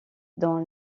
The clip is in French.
dans